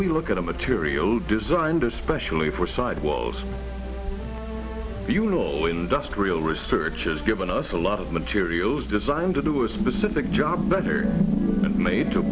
we look at a material designed especially for side walls funeral or industrial research is given us a lot of materials designed to do a specific job better made to